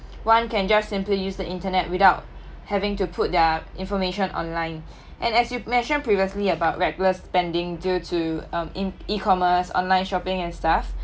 one can just simply use the internet without having to put their information online and as you mentioned previously about reckless spending due to um in e-commerce online shopping and stuff